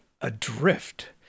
adrift